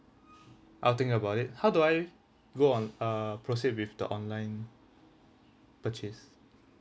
I'll think about it how do I go on uh proceed with the online purchase